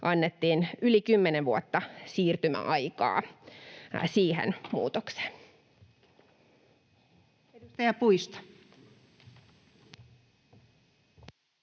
annettiin yli kymmenen vuotta siirtymäaikaa siihen muutokseen.